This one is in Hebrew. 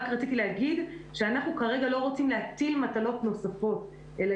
רק רציתי להגיד שאנחנו כרגע לא רוצים להטיל מטלות נוספות אלא